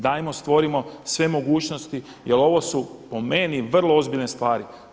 Dajmo stvorimo sve mogućnosti jer ovu su po meni vrlo ozbiljne stvari.